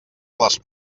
les